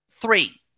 three